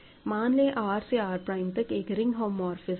मान लें R से R प्राइम तक एक रिंग होमोमोर्फिसम है